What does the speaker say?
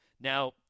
Now